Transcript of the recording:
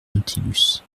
nautilus